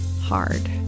hard